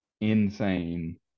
insane